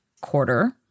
quarter